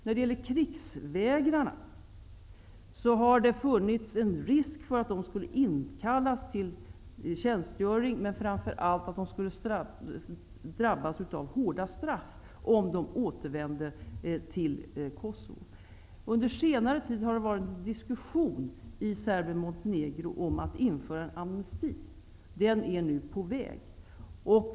När det gäller krigsvägrarna har det funnits en risk för att de skulle inkallas till tjänstgöring, men framför allt för att de skulle drabbas av hårda straff om de återvände till Kosovo. Under senare tid har det varit en diskussion i Serbien-Montenegro om att införa amnesti. Den är nu på väg.